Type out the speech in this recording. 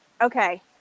Okay